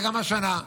וגם השנה,